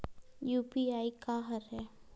UPI का हरय?